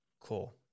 Cool